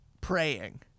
praying